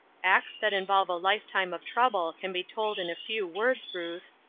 acts that involve a lifetime of trouble can be told in a few words, ruth.